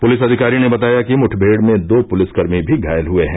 police अधिकारी ने बताया कि मुठभेड़ में दो पुलिसकर्मी भी घायल हुए हैं